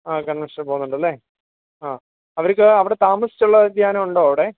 ആ കൺവെൻഷന് പോകുന്നുണ്ടല്ലേ ആ അവർക്ക് അവിടെ താമസിച്ചുള്ള ധ്യാനം ഉണ്ടോ അവിടെ